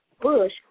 Bush